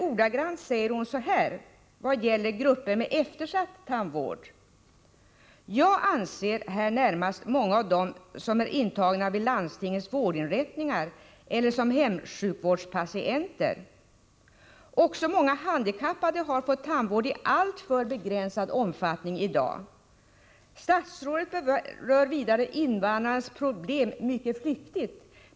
Ordagrant heter det i propositionen vad gäller grupper med eftersatt tandvård: ”Jag avser här närmast många av dem som är intagna vid landstingens vårdinrättningar ——— eller som hemsjukvårdspatienter. Också många handikappade har fått tandvård i alltför begränsad omfattning.” Statsrådet berör vidare invandrarnas problem mycket flyktigt.